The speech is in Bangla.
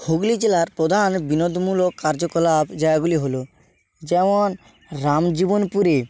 হুগলি জেলার প্রধান বিনোদমূলক কার্যকলাপ জায়গাগুলি হলো যেমন রামজীবন পুরী